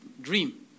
dream